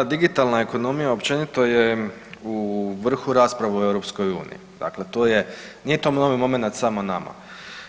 Da, digitalna ekonomije općenito je u vrhu rasprave u EU, dakle to nije to novi momenat samo nama,